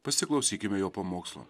pasiklausykime jo pamokslo